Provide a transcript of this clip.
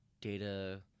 data